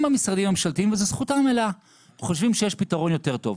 אם המשרדים הממשלתיים חושבים שיש פתרון יותר טוב,